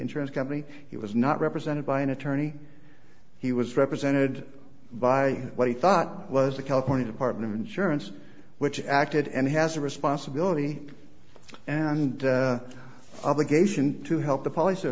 insurance company he was not represented by an attorney he was represented by what he thought was the california department of insurance which acted and has a responsibility and obligation to help the